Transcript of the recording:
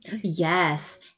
Yes